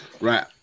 Right